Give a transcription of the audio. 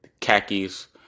khakis